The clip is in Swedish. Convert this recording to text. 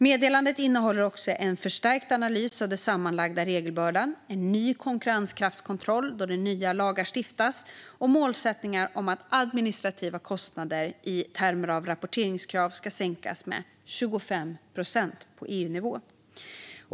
Meddelandet innehåller också en förstärkt analys av den sammanlagda regelbördan, en ny konkurrenskraftskontroll då nya lagar stiftas och målsättningar om att administrativa kostnader i termer av rapporteringskrav ska sänkas med 25 procent på EU-nivå.